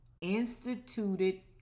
instituted